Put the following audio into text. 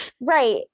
Right